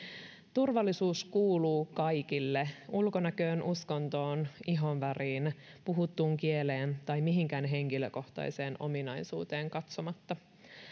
turvallisuus kuuluu kaikille ulkonäköön uskontoon ihonväriin puhuttuun kieleen tai mihinkään henkilökohtaiseen ominaisuuteen katsomatta